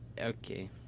Okay